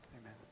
Amen